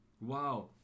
wow